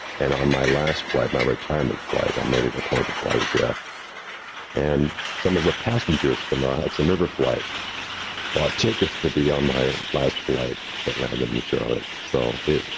and on my last flight, my retirement flight, i made it a point to fly with jeff and some of the passengers from our hudson river flight bought tickets to be on my last flight that landed in charlotte. so, it,